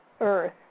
Earth